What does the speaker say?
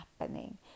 happening